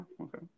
Okay